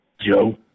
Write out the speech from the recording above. Joe